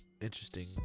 interesting